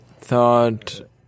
thought